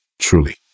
Truly